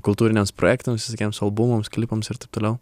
kultūriniams projektams visokiems albumams klipams ir taip toliau